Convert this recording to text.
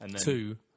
Two